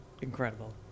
Incredible